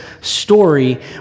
story